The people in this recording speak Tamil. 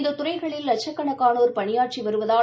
இந்த துறைகளில் லட்சக்கணக்கானோர் பணியாற்றி வருவதால்